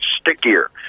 stickier